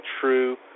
true